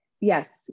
Yes